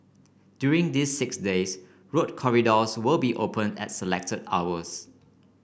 during these six days road corridors will be open at selected hours